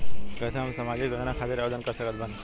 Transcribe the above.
कैसे हम सामाजिक योजना खातिर आवेदन कर सकत बानी?